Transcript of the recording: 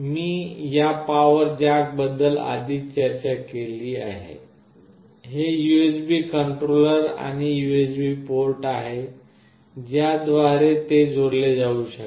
मी या power jack बद्दल आधीच चर्चा केली आहे हे यूएसबी कंट्रोलर आणि USB port USB controller and USB port आहे ज्या द्वारे ते जोडले जाऊ शकते